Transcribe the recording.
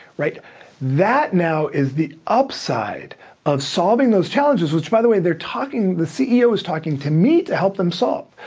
that now is the upside of solving those challenges, which by the way, they're talking, the ceo is talking to me to help them solve.